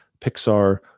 pixar